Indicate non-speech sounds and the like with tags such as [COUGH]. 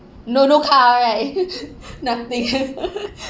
no no car right [LAUGHS] nothing [LAUGHS]